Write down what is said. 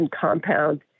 compound